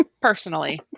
Personally